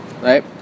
Right